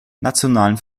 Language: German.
nationalen